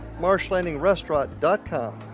marshlandingrestaurant.com